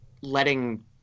letting